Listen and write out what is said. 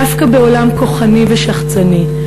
דווקא בעולם כוחני ושחצני,